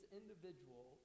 individual